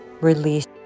release